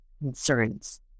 concerns